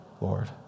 Lord